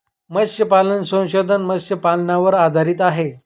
मत्स्यपालन संशोधन मत्स्यपालनावर आधारित आहे